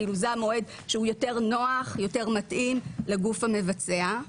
זה המועד שהוא יותר נוח ויותר מתאים לגוף המבצע,